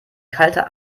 kalte